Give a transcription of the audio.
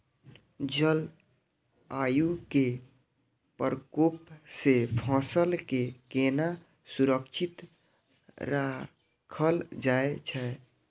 जलवायु के प्रकोप से फसल के केना सुरक्षित राखल जाय छै?